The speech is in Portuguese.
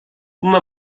uma